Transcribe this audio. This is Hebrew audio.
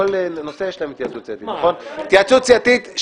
התייעצות סיעתית.